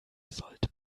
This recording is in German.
sollte